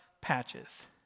Patches